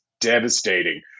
devastating